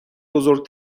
بزرگ